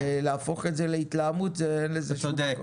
להפוך את זה להתלהמות אין לזה שום מקום,